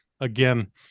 again